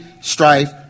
strife